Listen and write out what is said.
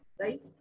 right